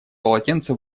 полотенце